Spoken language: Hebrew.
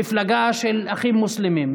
מפלגה של אחים מוסלמים,